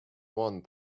one